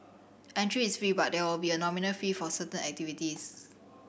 entry is free but there will be a nominal fee for certain activities